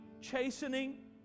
chastening